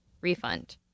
refund